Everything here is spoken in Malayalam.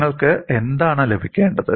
നിങ്ങൾക്ക് എന്താണ് ലഭിക്കേണ്ടത്